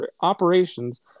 operations